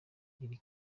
iri